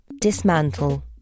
dismantle